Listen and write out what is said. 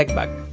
like bag